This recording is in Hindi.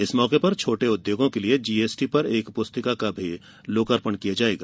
इस मौके पर छोटे उद्योगों के लिए जीएसटी पर एक पुस्तिका का लोकार्पण भी किया जाएगा